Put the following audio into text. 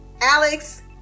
alex